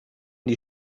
die